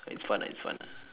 it's fun ah it's fun ah